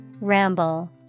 Ramble